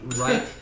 Right